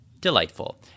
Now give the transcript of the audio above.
delightful